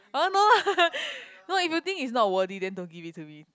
uh no lah no if you think it's not worthy then don't give it to me